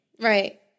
Right